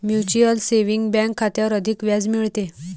mutual saving bank खात्यावर अधिक व्याज मिळते